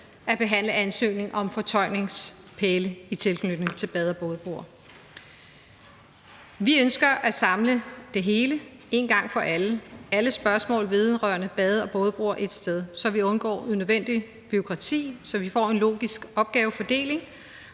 at behandle ansøgning om fortøjningspæle i tilknytning til bade- og bådebroer. Vi ønsker at samle det hele én gang for alle, alle spørgsmål vedrørende bade- og bådebroer, ét sted, så vi undgår unødvendigt bureaukrati, så vi får en logisk opgavefordeling,